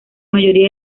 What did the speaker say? mayoría